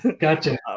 Gotcha